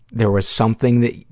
there was something that,